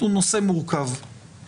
או סבא שמוריש לבן ולנכד הוא קטן.